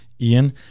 Ian